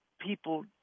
people